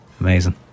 Amazing